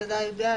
הוא בוודאי יודע.